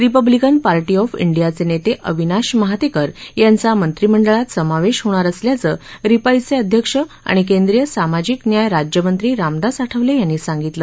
Republican Party of डियाचे नेते अविनाश महातेकर यांचा मंत्रिमंडळात समावेश होणार असल्याचं रिपाईचे अध्यक्ष आणि केंद्रीय सामाजिक न्याय राज्यमंत्री रामदास आठवले यांनी सांगितलं